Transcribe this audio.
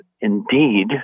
indeed